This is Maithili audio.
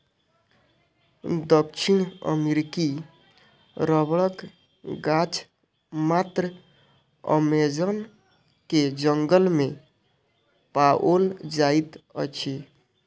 दक्षिण अमेरिकी रबड़क गाछ मात्र अमेज़न के जंगल में पाओल जाइत अछि